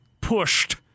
pushed